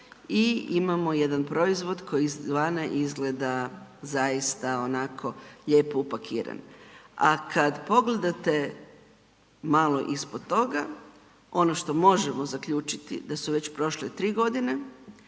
i imamo jedan proizvod koji s vana izgleda zaista onako lijepo upakiran, a kad pogledate malo ispod toga, ono što možemo zaključiti da su već prošle 3.g.